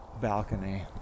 balcony